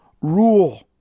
rule